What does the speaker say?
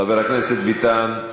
חבר הכנסת ביטן.